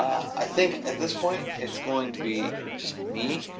i think at this point it's going to be just me,